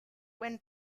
when